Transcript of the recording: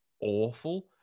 awful